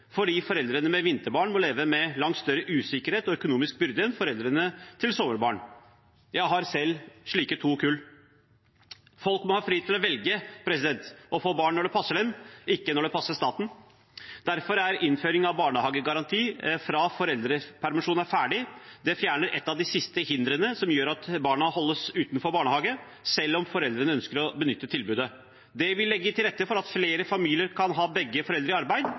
fordi foreldrene med vinterbarn må leve med langt større usikkerhet og økonomisk byrde enn foreldrene til sommerbarn. Jeg har selv barn i to slike kull. Folk må ha frihet til å velge å få barn når det passer dem, ikke når det passer staten. Derfor fjerner innføring av barnehagegaranti fra foreldrepermisjonen er ferdig, et av de siste hindrene som gjør at barna holdes utenfor barnehage selv om foreldrene ønsker å benytte tilbudet. Det vil legge til rette for at flere familier kan ha begge foreldre i arbeid